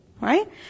Right